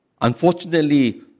Unfortunately